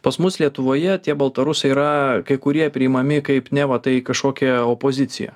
pas mus lietuvoje tie baltarusai yra kai kurie priimami kaip neva tai kažkokia opozicija